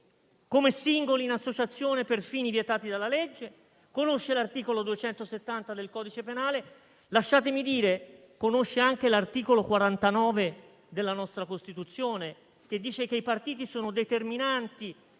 come singoli in associazione per fini vietati dalla legge, così come conosce l'articolo 270 del codice penale e - lasciatemi dire - conosce anche l'articolo 49 della nostra Costituzione, che dice che i partiti sono determinanti